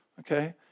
okay